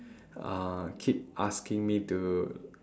uh keep asking me to